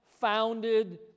founded